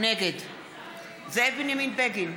נגד זאב בנימין בגין,